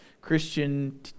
Christian